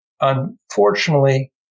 unfortunately